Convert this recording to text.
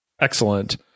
Excellent